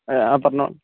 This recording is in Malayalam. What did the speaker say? ആ പറഞ്ഞുകൊള്ളൂ